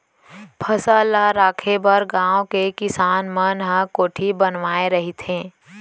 फसल ल राखे बर गाँव के किसान मन ह कोठी बनाए रहिथे